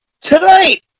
tonight